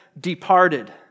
departed